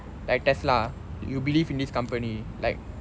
like tesla you believe in this company like